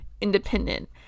independent